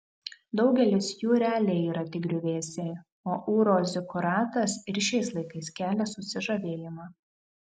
daugelis jų realiai yra tik griuvėsiai o ūro zikuratas ir šiais laikais kelia susižavėjimą